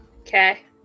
Okay